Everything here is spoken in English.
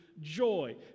joy